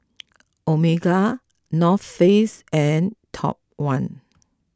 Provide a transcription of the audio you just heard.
Omega North Face and Top one